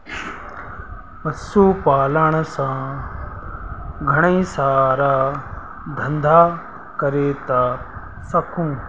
पशु पालण सां घणेई सारा धंधा करे था सघूं